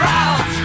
out